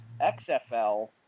XFL